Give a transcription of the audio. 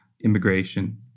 immigration